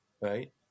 right